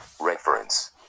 Reference